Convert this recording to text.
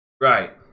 Right